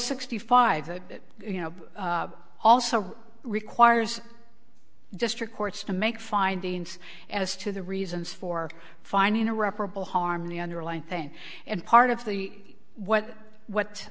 sixty five that you know also requires district courts to make findings as to the reasons for finding irreparable harm the underlying thing and part of the what what